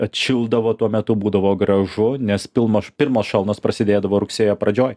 atšildavo tuo metu būdavo gražu nes pilnoš pirmos šalnos prasidėdavo rugsėjo pradžioj